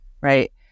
right